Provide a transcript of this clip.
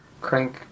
Crank